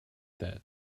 that